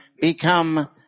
become